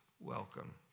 welcome